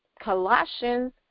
Colossians